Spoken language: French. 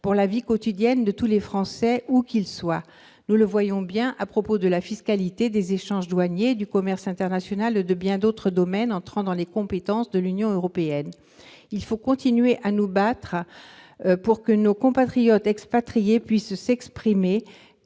pour la vie quotidienne de tous les Français, où qu'ils vivent : nous le voyons bien à propos de la fiscalité, des échanges douaniers, du commerce international et de bien d'autres domaines relevant des compétences de l'Union européenne. Nous devons continuer à nous battre pour que nos compatriotes expatriés puissent s'exprimer.